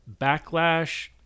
backlash